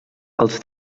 els